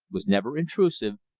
was never intrusive,